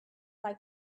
like